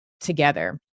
together